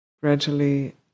gradually